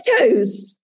geckos